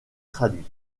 traduit